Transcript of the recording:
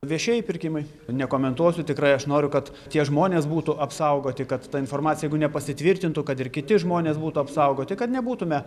viešieji pirkimai nekomentuosiu tikrai aš noriu kad tie žmonės būtų apsaugoti kad ta informacija jeigu nepasitvirtintų kad ir kiti žmonės būtų apsaugoti kad nebūtume